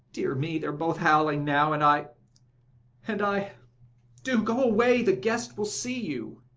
dear me, they are both howling now, and i and i do go away the guests will see you!